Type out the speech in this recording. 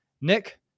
nick